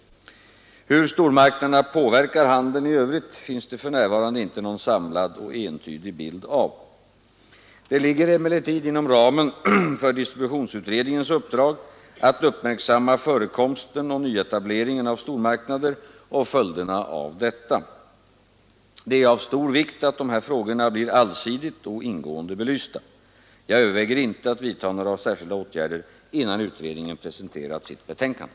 Hur stormarknaderna påverkar handeln i övrigt finns det för närvarande inte någon samlad och entydig bild av. Det ligger emellertid inom ramen för distributionsutredningens uppdrag att uppmärksamma förekomsten och nyetableringen av stormarknader samt följderna härav. Det är av stor vikt att dessa frågor blir allsidigt och ingående belysta. Jag överväger inte att vidtaga några särskilda åtgärder innan utredningen presenterat sitt betänkande.